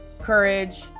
courage